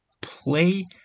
Play